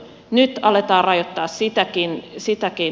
nyt aletaan rajoittaa sitäkin